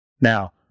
Now